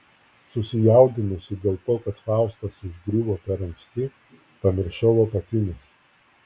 susijaudinusi dėl to kad faustas užgriuvo per anksti pamiršau apatinius